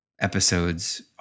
episodes